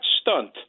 stunt